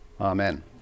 Amen